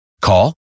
Call